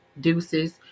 deuces